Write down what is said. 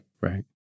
Right